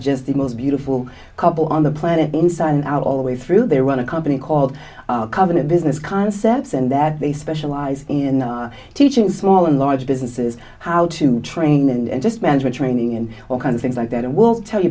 just the most beautiful couple on the planet inside and out all the way through they run a company called covenant business concepts and that they specialize in teaching small and large businesses how to train and just management training and all kinds of things like that and we'll tell you